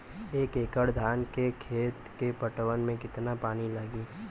एक एकड़ धान के खेत के पटवन मे कितना पानी लागि?